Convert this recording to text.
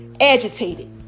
agitated